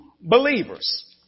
believers